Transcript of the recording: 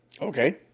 Okay